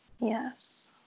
Yes